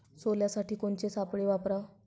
सोल्यासाठी कोनचे सापळे वापराव?